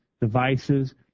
devices